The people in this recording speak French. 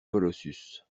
colossus